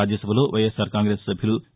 రాజ్యసభలో వైఎస్ఆర్ కాంగ్రెస్ సభ్యులు వి